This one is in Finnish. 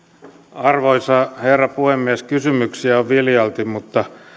arvoisa herra puhemies kysymyksiä on viljalti mutta